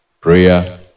Prayer